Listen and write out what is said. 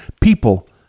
people